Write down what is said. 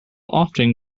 often